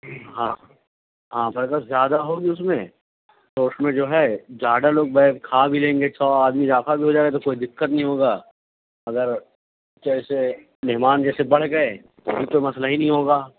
ہاں ہاں برکت زیادہ ہوگی اُس میں تو اُس میں جو ہے زیادہ لوگ بیٹھ کھا بھی لیں گے سو آدمی اضافہ بھی ہو جائے گا تو کوئی دقت نہیں ہوگا اگر جیسے مہمان جیسے بڑھ گئے تو پھر تو مسئلہ ہی نہیں ہوگا